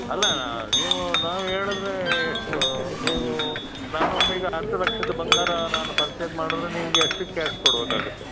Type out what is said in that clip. ಅಲ್ಲ ನೀವು ನಾವು ಹೇಳಿದ್ರೆ ಎಷ್ಟು ನೀವೂ ನಾನು ಒಂದು ಈಗ ಹತ್ತು ಲಕ್ಷದ ಬಂಗಾರ ನಾನು ಪರ್ಚೆಸ್ ಮಾಡಿದ್ರೆ ನಿಮಗೆ ಅಷ್ಟು ಕ್ಯಾಶ್ ಕೊಡಬೇಕಾಗುತ್ತೆ